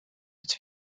its